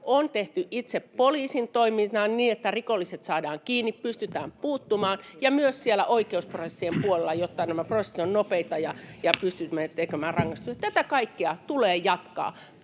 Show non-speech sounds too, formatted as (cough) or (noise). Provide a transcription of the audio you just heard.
on tehty itse poliisin toimintaan niin, että rikolliset saadaan kiinni, pystytään puuttumaan, ja myös siellä oikeusprosessien puolella, jotta nämä prosessit ovat nopeita ja pystymme (noise) tekemään rangaistuksia. Tätä kaikkea tulee jatkaa.